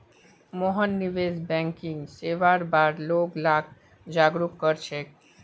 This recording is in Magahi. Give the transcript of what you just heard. मोहन निवेश बैंकिंग सेवार बार लोग लाक जागरूक कर छेक